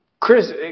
Chris